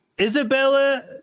Isabella